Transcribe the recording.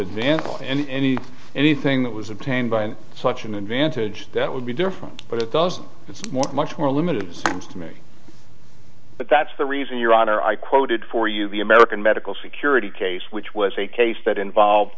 advance and any anything that was obtained by such an advantage that would be different but it doesn't it's much more limited seems to me but that's the reason your honor i quoted for you the american medical security case which was a case that involve